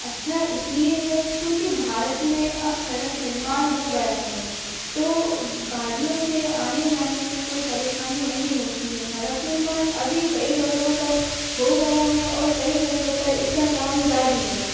अच्छा इसलिए है क्योंकि भारत में अब सड़क निर्माण हो गया है तो गाड़ियों से आने जाने में कोई परेशानी नहीं होती है सड़क निर्माण अभी कई जगहों पर इसका हो गया है और कई जगहों पर इसका काम जारी है